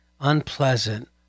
unpleasant